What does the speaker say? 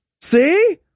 See